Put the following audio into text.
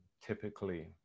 typically